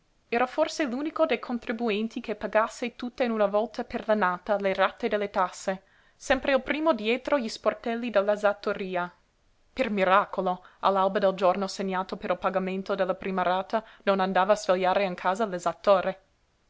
era forse l'unico dei contribuenti che pagasse tutte in una volta per l'annata le rate delle tasse sempre il primo dietro gli sportelli dell'esattoria per miracolo all'alba del giorno segnato per il pagamento della prima rata non andava a svegliare in casa